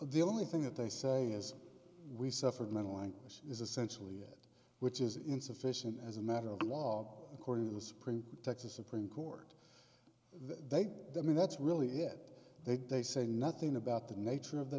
the only thing that they say is we suffered mental anguish is essentially it which is insufficient as a matter of law according to the supreme texas supreme court they mean that's really it they get they say nothing about the nature of the